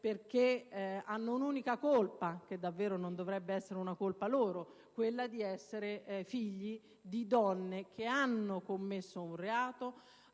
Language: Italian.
perché hanno un'unica colpa, che davvero non dovrebbe essere loro: quella di essere figli di donne che hanno commesso un reato,